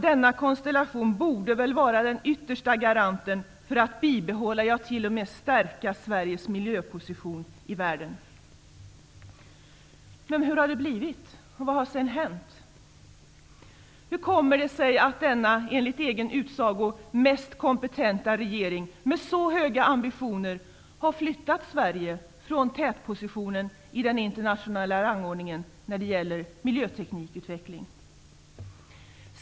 Denna konstellation borde väl vara den yttersta garanten för att bibehålla -- ja, t.o.m. stärka -- Sveriges miljöposition i världen. Men hur har det blivit? Vad har sedan hänt? Hur kommer det sig att denna enligt egen utsago mest kompetenta regering, med så höga ambitioner, har flyttat Sverige från tätpositionen i den internationella rangordningen när det gäller miljöteknikutveckling?